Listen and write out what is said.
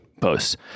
posts